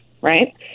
Right